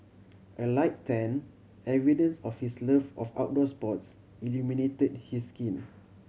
a light tan evidence of his love of outdoor sports illuminated his skin